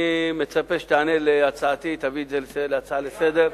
אני מצפה שתיענה להצעתי ותביא את זה כהצעה לסדר-היום,